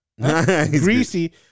greasy